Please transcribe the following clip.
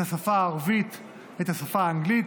את השפה הערבית ואת השפה האנגלית.